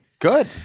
Good